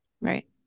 Right